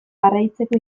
jarraitzeko